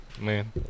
Man